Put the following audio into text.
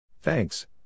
Thanks